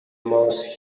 ماست